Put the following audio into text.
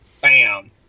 Bam